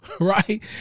right